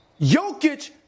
Jokic